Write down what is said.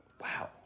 Wow